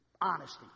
honesty